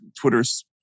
Twitter's